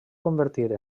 convertir